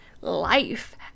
life